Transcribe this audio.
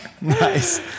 Nice